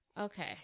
Okay